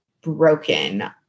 broken